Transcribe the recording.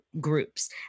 groups